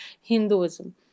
Hinduism